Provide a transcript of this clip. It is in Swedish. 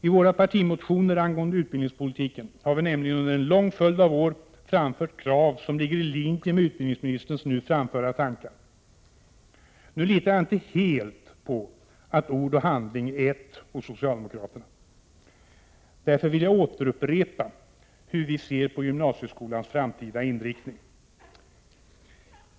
I våra partimotioner angående utbildningspolitiken har vi nämligen under en lång följd av år framfört krav, som ligger i linje med utbildningsministerns nu framförda tankar. Nu litar jag inte helt på att ord och handling är ett hos socialdemokrater. Därför vill jag åter upprepa hur vi ser på gymnasieskolans framtida inriktning.